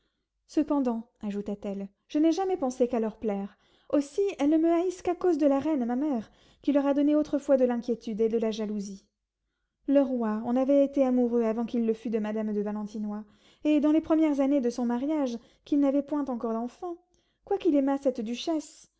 cependant ajouta-t-elle je n'ai jamais pensé qu'à leur plaire aussi elles ne me haïssent qu'à cause de la reine ma mère qui leur a donné autrefois de l'inquiétude et de la jalousie le roi en avait été amoureux avant qu'il le fût de madame de valentinois et dans les premières années de son mariage qu'il n'avait point encore d'enfants quoiqu'il aimât cette duchesse